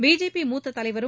BJP மூத்த தலைவரும்